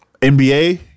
NBA